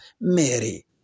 Mary